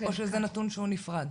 או שזה נתון שהוא נפרד?